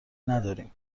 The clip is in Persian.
نداریم